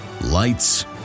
Lights